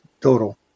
total